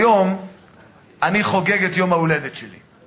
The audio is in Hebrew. היום אני חוגג את יום ההולדת שלי.